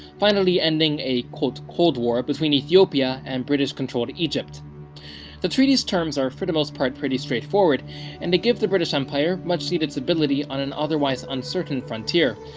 finally ending a cold cold war between ethiopia and british-controlled-egypt the treaty's terms are, for the most part, pretty straightforward and they give the british empire much needed stability on an otherwise uncertain frontier,